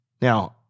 Now